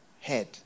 head